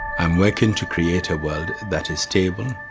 i'm working to create a world that is stable,